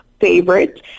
favorite